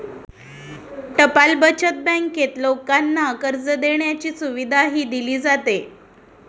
टपाल बचत बँकेत लोकांना कर्ज देण्याची सुविधाही दिली जाते